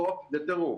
זה טירוף.